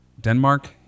Denmark